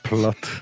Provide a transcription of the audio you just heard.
Plot